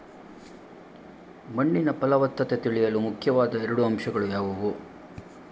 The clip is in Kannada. ಮಣ್ಣಿನ ಫಲವತ್ತತೆ ತಿಳಿಯಲು ಮುಖ್ಯವಾದ ಎರಡು ಅಂಶಗಳು ಯಾವುವು?